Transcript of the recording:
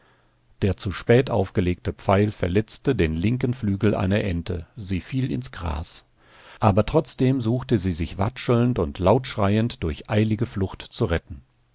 der zu spät aufgelegte pfeil verletzte den linken flügel einer ente sie fiel ins gras aber trotzdem suchte sie sich watschelnd und laut schreiend durch eilige flucht zu retten